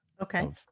Okay